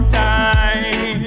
time